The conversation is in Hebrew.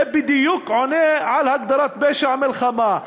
זה בדיוק עונה על הגדרת פשע מלחמה.